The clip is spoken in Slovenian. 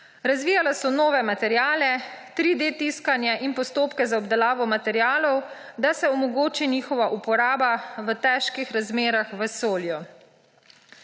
Razvijala so nove materiale, 3D tiskanje in postopke za obdelavo materialov, da se omogoči njihova uporaba v težkih razmerah v vesolju.